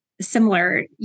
similar